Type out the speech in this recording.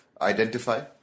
identify